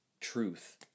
truth